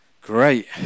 Great